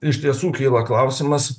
iš tiesų kyla klausimas